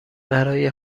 برای